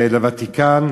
לוותיקן?